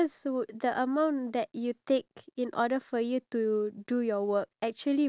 no no no I have a question I have a list of questions I found out that the cards are with me